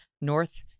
north